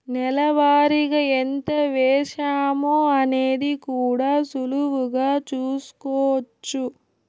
నెల వారిగా ఎంత వేశామో అనేది కూడా సులువుగా చూస్కోచ్చు